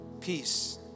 Peace